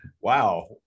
Wow